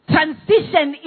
Transition